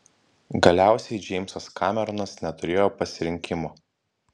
galiausiai džeimsas kameronas neturėjo pasirinkimo